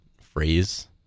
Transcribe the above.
phrase